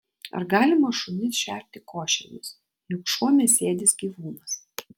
ar galima šunis šerti košėmis juk šuo mėsėdis gyvūnas